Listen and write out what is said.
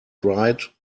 dried